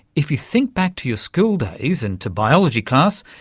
if you think back to your school days and to biology class,